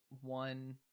one